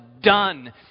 done